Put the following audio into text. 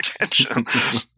attention